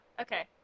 okay